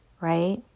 right